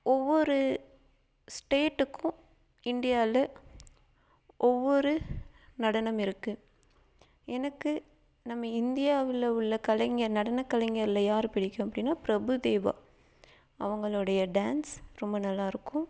ஒவ்வொரு ஸ்டேட்டுக்கும் இந்தியால ஒவ்வொரு நடனம் இருக்குது எனக்கு நம்ம இந்தியாவில் உள்ள கலைஞர் நடன கலைஞரில் யார் பிடிக்கும் அப்படின்னா பிரபுதேவா அவுங்களோடைய டான்ஸ் ரொம்ப நல்லாயிருக்கும்